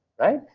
right